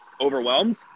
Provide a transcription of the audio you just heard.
overwhelmed